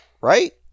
Right